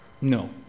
No